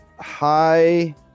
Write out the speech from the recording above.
Hi